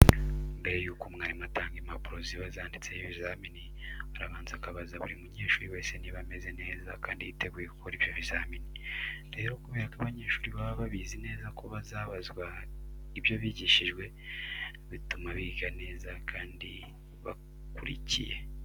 Mbere yuko umwarimu atanga impapuro ziba zanditseho ibizamini, arabanza akabaza buri munyeshuri wese niba ameze neza kandi yiteguye gukora ibyo bizamini. Rero kubera ko abanyeshuri baba babizi neza ko bazabazwa ibyo bigishijwe, bituma biga neza kandi bakurikiye.